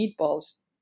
meatballs